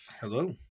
Hello